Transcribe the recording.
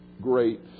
great